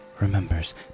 remembers